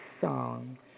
song